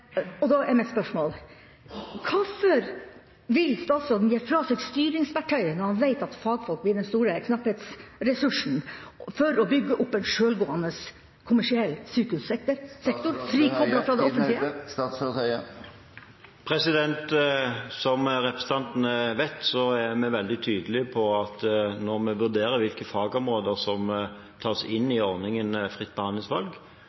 Da er mitt spørsmål: Hvorfor vil statsråden gi fra seg styringsverktøyet når han veit at fagfolk blir den store knapphetsressursen for å bygge opp en sjølgående, kommersiell sjukehussektor, frikoblet fra det offentlige? Som representanten vet, er vi veldig tydelige på at når vi vurderer hvilke fagområder som tas inn i ordningen fritt behandlingsvalg,